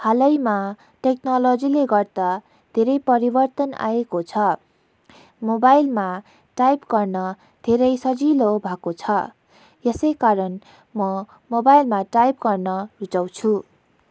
हालैमा टेक्नलजीले गर्दा धेरै परिवर्तन आएको छ मोबाइलमा टाइप गर्न धेरै सजिलो भएको छ यसैकारण म मोबाइलमा टाइप गर्न रुचाउँछु